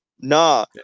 Nah